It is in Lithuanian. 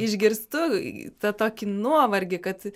išgirstu tą tokį nuovargį kad